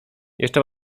jeszcze